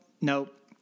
nope